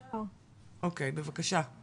אוקי בבקשה,